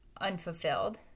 unfulfilled